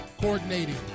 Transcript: Coordinating